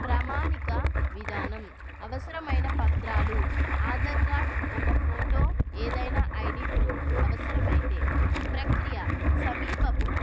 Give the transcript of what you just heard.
ప్రమాణిక విధానం అవసరమైన పత్రాలు ఆధార్ కార్డ్ ఒక ఫోటో ఏదైనా ఐడి ప్రూఫ్ అవసరమైతే ప్రక్రియ సమీపపు